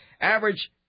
average